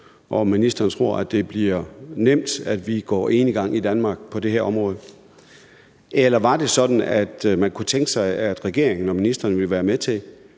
om ministeren tror, at det bliver nemt, hvis vi går enegang i Danmark på det her område. Eller var det sådan, at man kunne tænke sig, at regeringen og ministeren ville være med til,